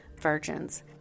virgins